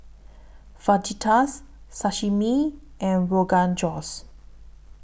Fajitas Sashimi and Rogan Josh